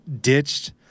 ditched